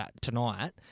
tonight